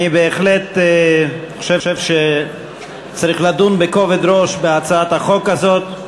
אני בהחלט חושב שצריך לדון בכובד ראש בהצעת החוק הזאת.